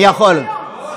קריאה שלישית.